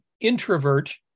introvert